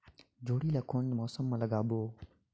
जोणी ला कोन मौसम मा लगाबो?